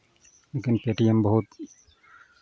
लेकिन Paytm बहुत